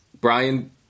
Brian